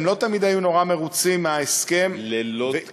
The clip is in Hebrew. הם לא תמיד היו נורא מרוצים מההסכם, לילות כימים.